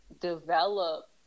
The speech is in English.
develop